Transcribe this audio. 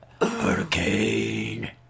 Hurricane